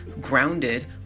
grounded